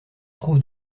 trouve